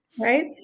Right